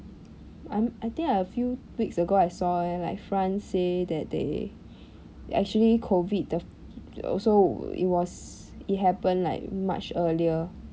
I'm I think I a few weeks ago I saw eh like france say that they actually COVID the also it was it happened like much earlier